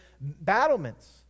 battlements